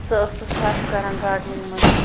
سۄ ٲس سُہ صرف کران گاڈنِنٛگ منٛز